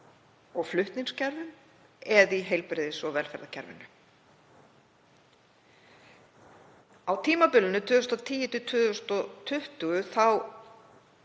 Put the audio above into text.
og flutningskerfum eða í heilbrigðis- og velferðarkerfinu. Tímabilið 2010–2020